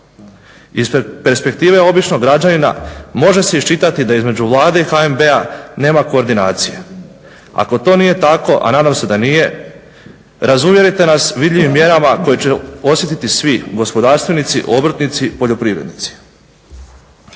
Iz perspektive običnog građanina može se iščitati da između Vlade i HNB-a nema koordinacije. Ako to nije tako a nadam se da nije razuvjerite nas vidljivim mjerama koje će osjetiti svi gospodarstvenici, obrtnici, poljoprivrednici.